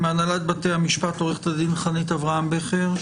מהנהלת בתי המשפט, עו"ד חנית אברהם בכר.